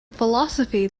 philosophy